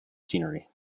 scenery